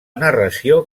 narració